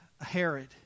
Herod